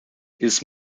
his